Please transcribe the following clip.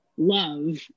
love